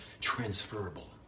transferable